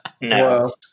No